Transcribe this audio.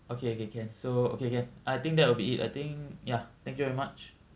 okay okay can so okay can I think that will be it I think ya thank you very much